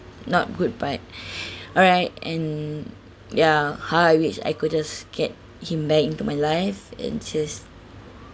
not good but alright and ya how I wish I could just get him back into my life and just